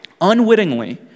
unwittingly